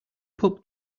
pup